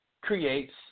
creates